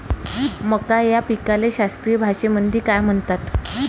मका या पिकाले शास्त्रीय भाषेमंदी काय म्हणतात?